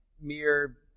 mere